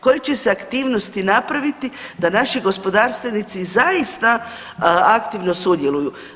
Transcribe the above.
Koji će se aktivnosti napraviti da naši gospodarstvenici zaista aktivno sudjeluju.